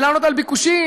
ולענות על ביקושים,